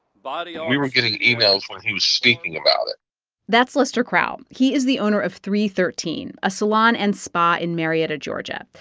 body arts. and we were getting emails when he was speaking about it that's lester crowell. he is the owner of three thirteen, a salon and spa in marietta, ga.